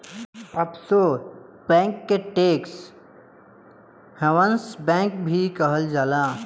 offshore bank के tax havens bank भी कहल जाला